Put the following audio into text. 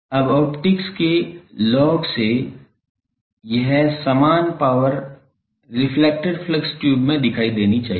अब ऑप्टिक्स के लॉग से यह समान पावर रेफ्लेक्टेड फ्लक्स ट्यूब में दिखाई देनी चाहिए